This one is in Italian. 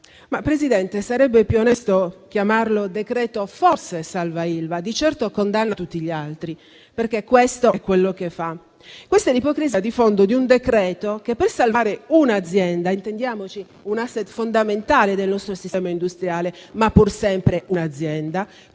ma forse sarebbe più onesto chiamarlo decreto forse salva Ilva. Di certo, esso condanna tutti gli altri, perché è quello che fa. È questa l'ipocrisia di fondo di un decreto che, per salvare un'azienda, un *asset* fondamentale del nostro sistema industriale, ma pur sempre un'azienda,